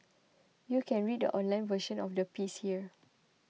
you can read the online version of the piece here